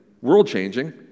world-changing